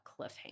cliffhanger